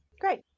Great